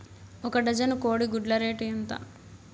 ఒక డజను కోడి గుడ్ల రేటు ఎంత?